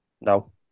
No